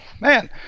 Man